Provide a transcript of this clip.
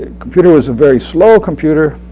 ah computer was a very slow computer.